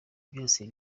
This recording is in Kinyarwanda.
byose